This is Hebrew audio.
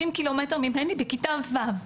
50 ק"מ ממני, בכיתה ו'?